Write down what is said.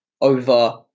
over